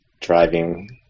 driving